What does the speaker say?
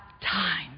time